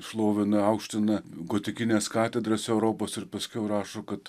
šlovina aukština gotikines katedras europos ir paskiau rašo kad